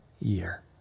year